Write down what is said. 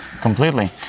completely